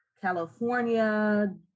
California